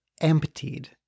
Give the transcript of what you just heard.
emptied